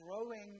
growing